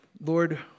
Lord